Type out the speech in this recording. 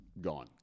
Gone